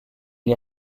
les